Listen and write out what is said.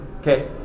Okay